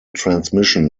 transmission